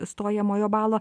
stojamojo balo